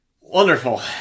Wonderful